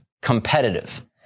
Competitive